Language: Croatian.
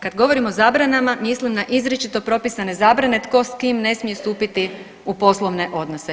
Kad govorim o zabranama mislim na izričito propisane zabrane tko s kim ne smije stupiti u poslovne odnose.